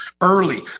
early